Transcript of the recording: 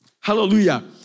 Hallelujah